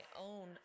own